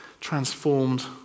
transformed